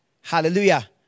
Hallelujah